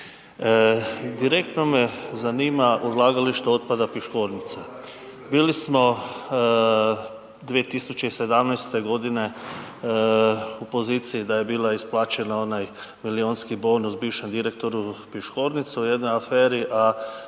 Direktno me zanima odlagalište otpada Piškornica. Bili smo 2017. g. u poziciji da je bila isplaćen onaj milijunski bonus bivšem direktoru Piškornice u jednoj aferi